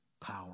power